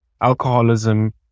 alcoholism